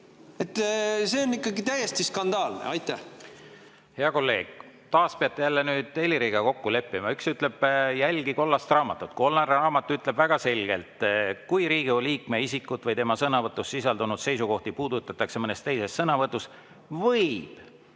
See on ikkagi täiesti skandaalne. Aitäh! Hea kolleeg! Taas peate Heliriga kokku leppima. Üks ütleb, et jälgi kollast raamatut. Kollane raamat ütleb väga selgelt: kui Riigikogu liikme isikut või tema sõnavõtus sisaldunud seisukohti puudutatakse mõnes teises sõnavõtus, v